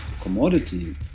commodity